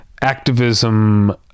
activism